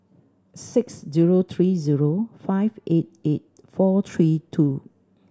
six zero three zero five eight eight four three two